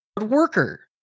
worker